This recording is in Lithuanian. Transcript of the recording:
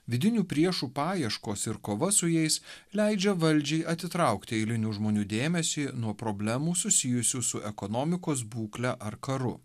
vidinių priešų paieškos ir kova su jais leidžia valdžiai atitraukti eilinių žmonių dėmesį nuo problemų susijusių su ekonomikos būkle ar karu